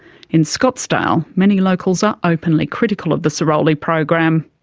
in scottsdale, many locals are openly critical of the sirolli program.